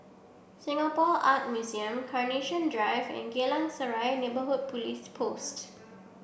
Singapore Art Museum Carnation Drive and Geylang Serai Neighbourhood Police Post